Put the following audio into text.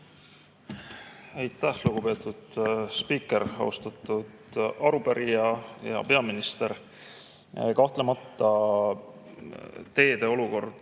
Aitäh, lugupeetud spiiker! Austatud arupärija! Hea peaminister! Kahtlemata, teede olukord